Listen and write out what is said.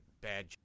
bad